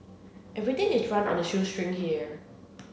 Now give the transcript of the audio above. everything is run on the shoestring here